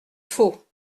faux